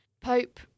Pope